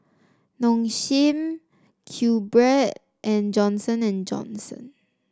Nong Shim QBread and Johnson And Johnson